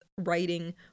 Writing